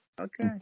Okay